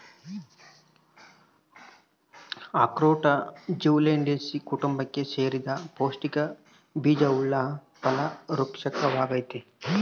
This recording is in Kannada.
ಅಖ್ರೋಟ ಜ್ಯುಗ್ಲಂಡೇಸೀ ಕುಟುಂಬಕ್ಕೆ ಸೇರಿದ ಪೌಷ್ಟಿಕ ಬೀಜವುಳ್ಳ ಫಲ ವೃಕ್ಪವಾಗೈತಿ